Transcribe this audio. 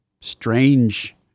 strange